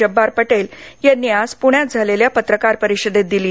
जब्बार पटेल यांनी आज प्ण्यात झालेल्या पत्रकार परिषदेत दिली